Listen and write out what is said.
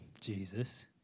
Jesus